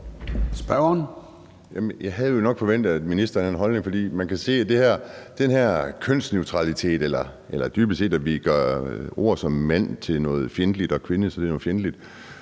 Jeg havde jo nok forventet, at ministeren havde en holdning i forhold til den her kønsneutralitet og det, at vi dybest set gør ord som mand til noget fjendtligt og gør ord som kvinde til noget fjendtligt;